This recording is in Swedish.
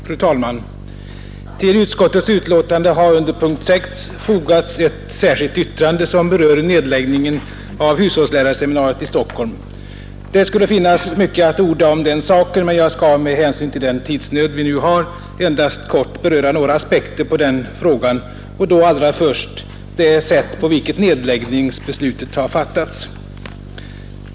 Fru talman! Till utskottets betänkande har under p. 6 fogats ett särskilt yttrande som berör nedläggningen av hushållslärarseminariet i Stockholm. Det skulle finnas mycket att orda om den saken, men jag skall med hänsyn till den tidsnöd vi nu har endast kortfattat beröra några aspekter och då allra först det sätt på vilket nedläggningsbeslutet har fattats.